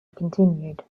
continued